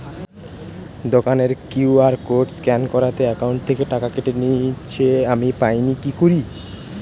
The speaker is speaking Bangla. দোকানের কিউ.আর কোড স্ক্যান করাতে অ্যাকাউন্ট থেকে টাকা কেটে নিয়েছে, আমি পাইনি কি করি?